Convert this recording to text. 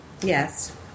Yes